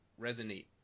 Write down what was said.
resonate